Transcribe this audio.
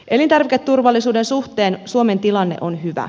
elintarviketurvallisuuden suhteen suomen tilanne on hyvä